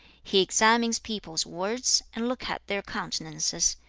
he examines people's words, and looks at their countenances.